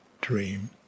dream